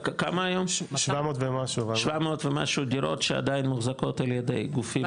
700 ומשהו דירות שעדיין מוחזקות על ידי גופים ציבוריים,